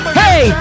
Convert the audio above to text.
hey